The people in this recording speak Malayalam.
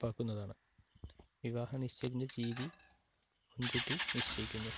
ഉറപ്പാക്കുന്നതാണ് വിവാഹ നിശ്ചയത്തിൻ്റെ തീയതി മുൻകൂട്ടി നിശ്ചയിക്കുന്നു